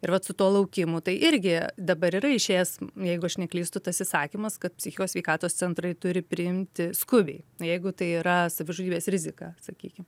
ir vat su tuo laukimu tai irgi dabar yra išėjęs jeigu aš neklystu tas įsakymas kad psichikos sveikatos centrai turi priimti skubiai jeigu tai yra savižudybės rizika sakykim